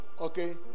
okay